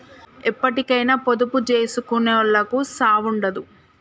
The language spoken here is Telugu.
ఎప్పటికైనా పొదుపు జేసుకునోళ్లకు సావుండదు